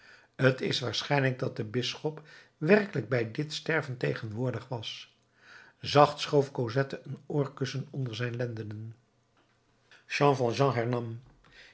t is waarschijnlijk dat de bisschop werkelijk bij dit sterven tegenwoordig was zacht schoof cosette een oorkussen onder zijn lendenen jean